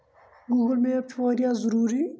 Google map چھِ واریاہ ضروٗری